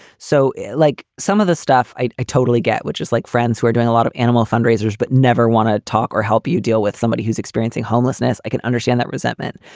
so like some of the stuff i i totally get, which is like friends, we're doing a lot of animal fundraisers, but never want to talk or help you deal with somebody who's experiencing homelessness. i can understand that resentment,